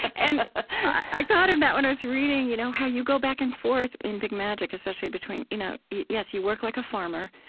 and i thought of that when i was reading you know how you go back and forth in big magic, especially between you know yes, you work like a farmer,